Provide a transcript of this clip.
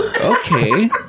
Okay